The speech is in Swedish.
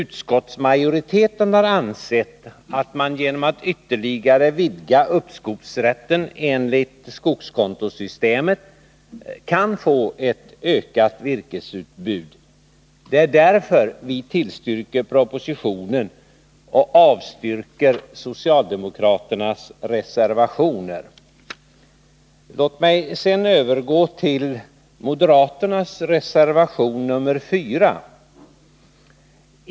Utskottsmajoriteten har ansett att man, genom att ytterligare vidga uppskovsrätten enligt skogskontosystemet, kan få ett ökat virkesutbud. Det är därför vi tillstyrker propositionen och avstyrker socialdemokraternas reservationer. Låt mig sedan övergå till moderaternas reservation 4.